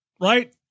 right